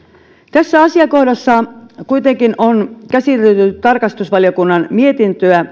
tässä asiakohdassa kuitenkin on käsitelty tarkastusvaliokunnan mietintöä